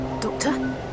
Doctor